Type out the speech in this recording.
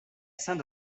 saint